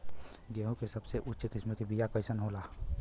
गेहूँ के सबसे उच्च किस्म के बीया कैसन होला?